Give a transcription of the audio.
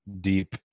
deep